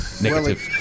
negative